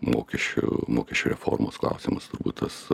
mokesčių mokesčių reformos klausimas turbūt tas